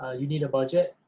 ah you need a budget,